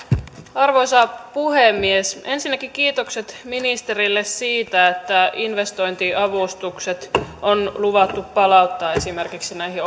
arvoisa puhemies ensinnäkin kiitokset ministerille siitä että investointiavustukset on luvattu palauttaa esimerkiksi näihin